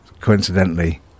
coincidentally